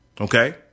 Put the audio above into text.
Okay